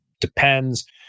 Depends